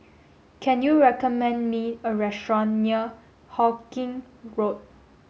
can you recommend me a restaurant near Hawkinge Road